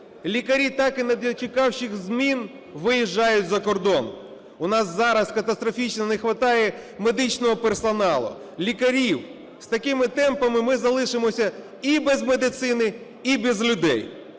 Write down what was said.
лікарі, так і не дочекавшись змін, виїжджають за кордон. У нас зараз катастрофічно не хватає медичного персоналу, лікарів. З такими темпами ми залишимося і без медицини, і без людей.